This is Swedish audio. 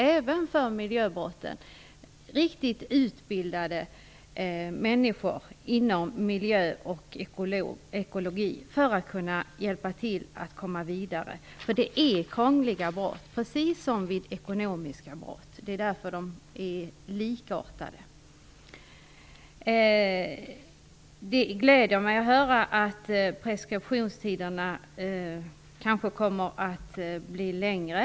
Även för miljöbrotten behövs det riktigt utbildade personer inom miljö och ekologi för att hjälpa till att komma vidare, därför att det är fråga om precis lika krångliga brott som de ekonomiska brotten. Brotten är likartade. Det gläder mig att höra att preskriptionstiderna kanske kommer att bli längre.